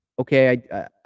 Okay